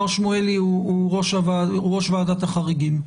מר שמואלי הוא ראש ועדת החריגים.